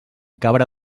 cabra